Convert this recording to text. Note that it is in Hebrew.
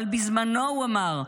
אבל בזמנו הוא אמר: